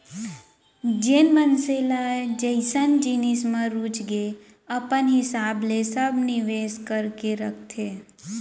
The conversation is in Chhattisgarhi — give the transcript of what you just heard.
जेन मनसे ल जइसन जिनिस म रुचगे अपन हिसाब ले सब निवेस करके रखथे